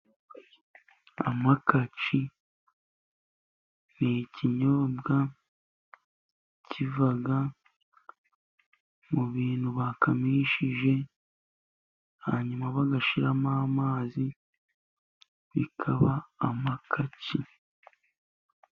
Amakatsi ni ikinyobwa kiva mu bintu bakamishije， hanyuma bagashyiramo amazi bikaba amakatsi.